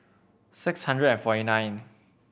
six hundred and forty nine